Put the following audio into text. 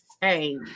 Hey